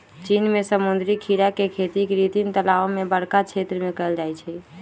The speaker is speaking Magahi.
चीन में समुद्री खीरा के खेती कृत्रिम तालाओ में बरका क्षेत्र में कएल जाइ छइ